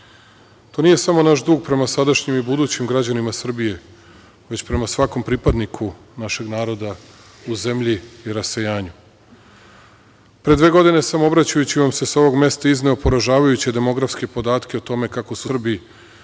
nije samo naš dug prema sadašnjim i budućim građanima Srbije, već prema svakom pripadniku našeg naroda u zemlji i rasejanju. Pre dve godine sam obraćajući vam se sa ovog mesta izneo poražavajuće demografske podatke o tome kako su Srbi